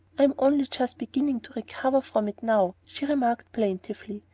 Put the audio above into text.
i am only just beginning to recover from it now, she remarked plaintively,